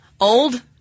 old